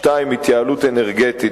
2. התייעלות אנרגטית,